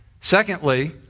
Secondly